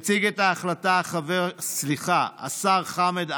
מציג את ההחלטה השר חמד עמאר,